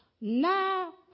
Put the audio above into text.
Now